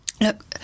Look